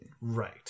Right